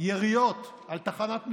יריות על תחנת משטרה,